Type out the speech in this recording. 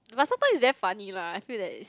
but sometimes it's very funny lah I feel that is